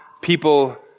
people